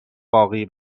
باقی